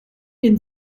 den